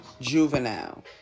Juvenile